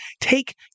take